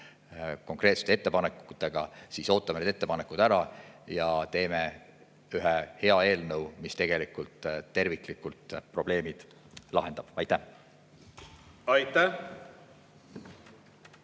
konkreetsete ettepanekutega, ootame need ettepanekud ära ja teeme ühe hea eelnõu, mis terviklikult probleemid lahendab. Aitäh!